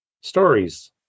stories